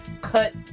cut